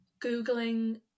googling